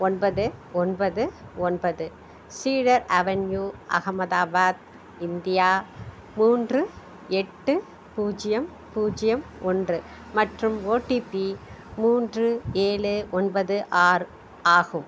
ஒன்பது ஒன்பது ஒன்பது சீடர் அவென்யூ அகமதாபாத் இந்தியா மூன்று எட்டு பூஜ்யம் பூஜ்ஜியம் ஒன்று மற்றும் ஓடிபி மூன்று ஏழு ஒன்பது ஆறு ஆகும்